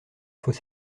faut